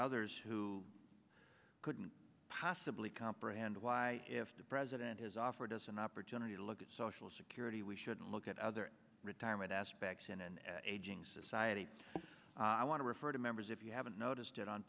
others who couldn't possibly comprehend why if the president has offered us an opportunity to look at social security we should look at other retirement aspects and aging society i want to refer to members if you haven't noticed it on